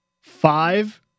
five